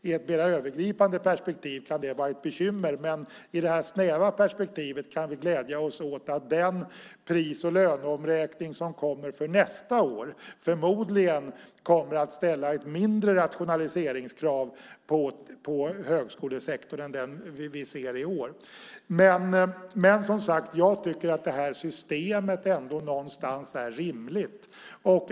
I ett mer övergripande perspektiv kan det vara ett bekymmer, men i det här snäva perspektivet kan vi glädja oss åt att den pris och löneomräkning som kommer för nästa år förmodligen kommer att ställa ett mindre rationaliseringskrav på högskolesektorn än det vi ser i år. Men, som sagt, jag tycker ändå att det här systemet är rimligt.